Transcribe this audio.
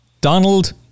Donald